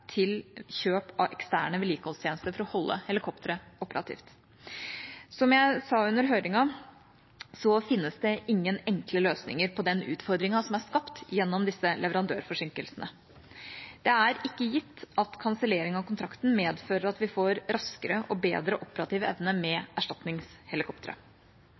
til kjøp av eksterne vedlikeholdstjenester for å holde helikopteret operativt. Som jeg sa under høringen, finnes det ingen enkle løsninger på den utfordringen som er skapt gjennom disse leverandørforsinkelsene. Det er ikke gitt at kansellering av kontrakten medfører at vi får raskere og bedre operativ evne